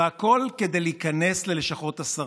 והכול כדי להיכנס ללשכות השרים.